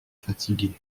fatigué